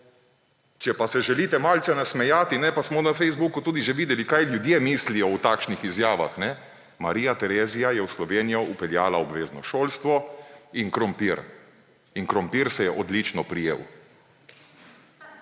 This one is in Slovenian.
Če pa se želite malce nasmejati, pa smo na Facebooku tudi že videli, kaj ljudje mislijo o takšnih izjavah: »Marija Terezija je v Slovenijo vpeljala obvezno šolstvo in krompir. In krompir se je odlično prijel.«